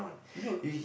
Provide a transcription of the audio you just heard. you know